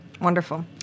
Wonderful